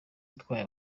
itwaye